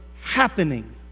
happening